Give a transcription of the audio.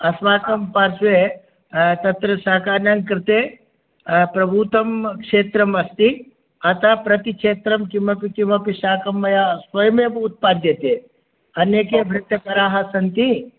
अस्माकं पार्श्वे तत्र साकानां कृते प्रभूतं क्षेत्रम् अस्ति अत प्रतिक्षेत्रं किमपि किमपि शाकं मया स्वयमेव उत्पाद्यते अन्यके भृत्यकराः सन्ति